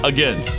Again